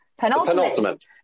Penultimate